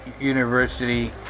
University